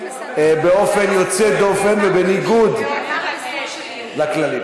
באופן יוצא דופן ובניגוד לכללים.